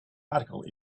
article